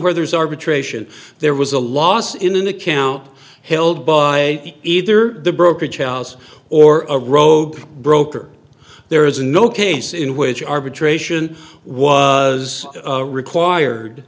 where there's arbitration there was a loss in an account held by either the brokerage house or a road broker there is no case in which arbitration was required